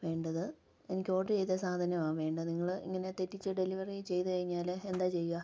വേണ്ടത് എനിക്ക് ഓഡർ ചെയ്ത സാധനമാണ് വേണ്ടത് നിങ്ങൾ ഇങ്ങനെ തെറ്റിച്ച് ഡെലിവറി ചെയ്തു കഴിഞ്ഞാൽ എന്താ ചെയ്യുക